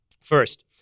First